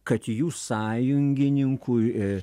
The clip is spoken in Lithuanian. kad jų sąjungininkų